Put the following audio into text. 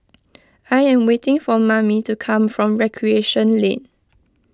I am waiting for Mamie to come back from Recreation Lane